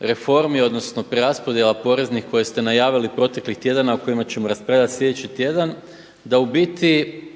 reformi odnosno preraspodjela poreznih koje ste najavili proteklih tjedana o kojima ćemo raspravljati sljedeći tjedan da u biti